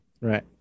Right